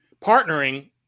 partnering